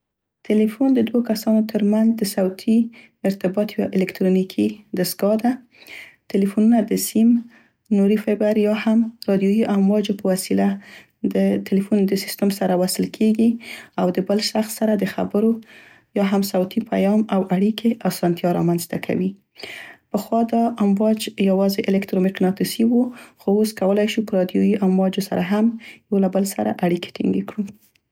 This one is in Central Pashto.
تلیفون د دوو کسانو تر منځ د صوتي ارتباط یوه الکترونیکي دستګاه ده. تلیفونونه د سیم، نوري فیبر یا هم رادیويي امواجو په وسیله د تلیفون د سیستم سره وصل کیګي او د بل شخص سره د خبرو یا هم صوتي پیام او اړیکې اسانتیا رامنځته کوي. پخوا دا امواج یوازې الکترو مقناطیسي و خو اوس کولای شو په رادیويي امواجو سره هم یو له بل سره اړیکې ټینګي کړو.